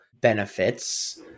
benefits